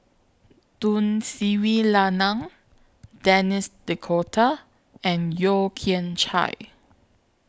Tun Sri Lanang Denis D'Cotta and Yeo Kian Chye